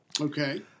Okay